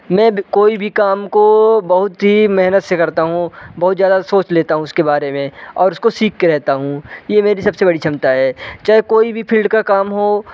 मैं कोई भी काम को बहुत ही मेहनत से करता हूँ बहुत ज़्यादा सोच लेता हूँ उसके बारे में और उसको सीख के रहता हूँ ये मेरी सबसे बड़ी क्षमता है चाहे कोई भी फ़ील्ड का काम हो